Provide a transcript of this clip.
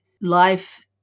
life